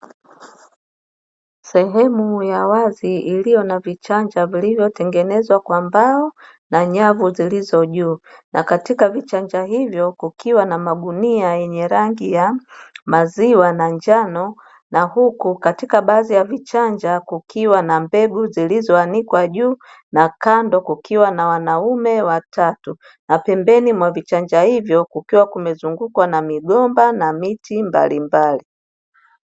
Sehemu ya wazi iliyo na vichanja vilivyotengenezwa kwa mbao na nyavu zilizo juu na katika vichanja hivyo kukiwa na magunia yenye rangi ya maziwa na njano na Huku katika baadhi ya vichanja kukiwa na mbegu zilizoanikwa juu na kando kukiwa na wanaume watatu, napembeni mwa vichanja hivo kukiwa kumezungukwa na migomba na miti mbalimbali.